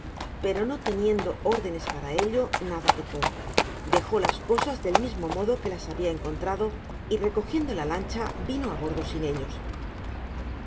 pero no teniendo órdenes para ello nada tocó dejó las cosas del mismo modo que las habia encontrado y recogiendo la lancha vino á bordo sin ellos